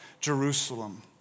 Jerusalem